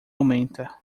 aumenta